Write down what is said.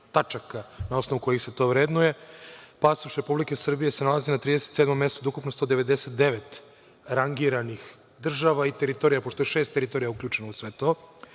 na osnovu kojih se to vrednuje, pasoš Republike Srbije se nalazi na 37. mestu od ukupno 199 rangiranih država i teritorija, pošto je šest teritorija uključeno u sve